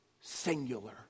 singular